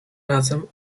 razem